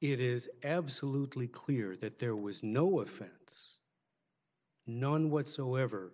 it is absolutely clear that there was no offense none whatsoever